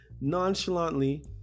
nonchalantly